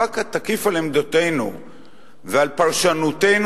המאבק התקיף על עמדותינו ועל פרשנותנו